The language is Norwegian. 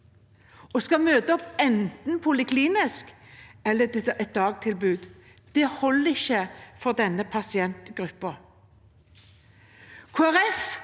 og skal heller møte opp enten poliklinisk eller til et dagtilbud. Det holder ikke for denne pasientgruppen.